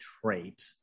trait